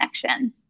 connection